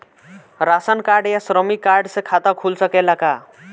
Ration card या श्रमिक card से खाता खुल सकेला का?